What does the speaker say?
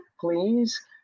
please